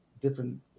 different